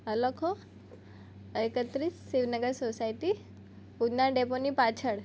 હા લખો એકત્રીસ શિવનગર સોસાયટી ઉદના ડેપોની પાછળ